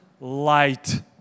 light